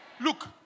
look